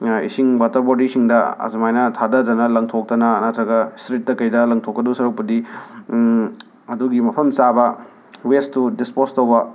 ꯏꯁꯤꯡ ꯋꯥꯇꯔ ꯕꯣꯗꯤꯁꯤꯡꯗ ꯑꯁꯨꯃꯥꯏꯅ ꯊꯥꯗꯗꯅ ꯂꯪꯊꯣꯛꯇꯅ ꯅꯠꯇ꯭ꯔꯒ ꯁ꯭ꯇ꯭ꯔꯤꯠꯇ ꯀꯩꯗ ꯂꯪꯊꯣꯛꯀꯗꯧ ꯁꯔꯨꯛꯄꯨꯗꯤ ꯑꯗꯨꯒꯤ ꯃꯐꯝ ꯆꯥꯕ ꯋꯦꯁꯇꯣ ꯗꯤꯁꯄꯣꯁ ꯇꯧꯕ